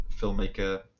filmmaker